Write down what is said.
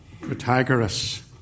Protagoras